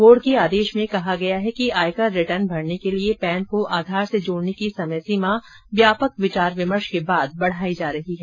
board के आदेश में कहा गया है कि आयकर रिटर्न भरने के लिए पैन को आधार से जोड़ने की समय सीमा व्यापक विचार विमर्श के बाद बढ़ाई जा रही है